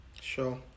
Sure